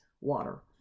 water